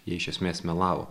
jie iš esmės melavo